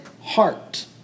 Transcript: heart